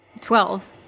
Twelve